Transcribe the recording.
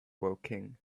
woking